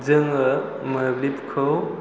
जोङो मोब्लिबखौ